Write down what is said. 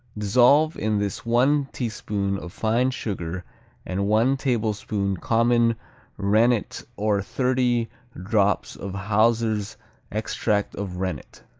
dissolve in this one teaspoon of fine sugar and one tablespoon common rennet or thirty drops of hauser's extract of rennet.